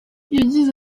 yagize